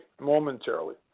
Momentarily